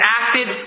acted